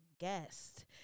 guest